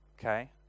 okay